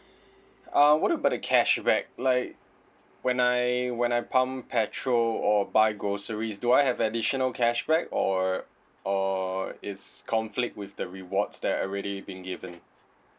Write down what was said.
uh what about the cashback like when I when I pump petrol or buy groceries do I have additional cashback or or it's conflict with the rewards that already been given